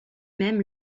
mêmes